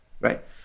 right